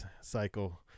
cycle